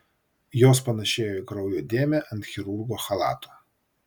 jos panėšėjo į kraujo dėmę ant chirurgo chalato